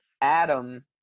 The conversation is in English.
Adam